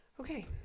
Okay